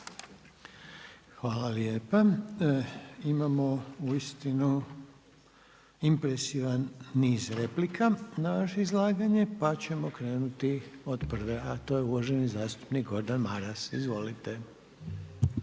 Hvala lijepa. Imamo uistinu impresivan niz replika na vaše izlaganje pa ćemo krenuti od prve a to je uvaženi zastupnik Gordan Maras. Izvolite.